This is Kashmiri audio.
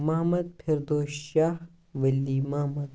محمد فردوس شاہ ولی محمد